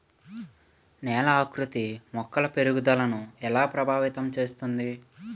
నేల ఆకృతి మొక్కల పెరుగుదలను ఎలా ప్రభావితం చేస్తుంది?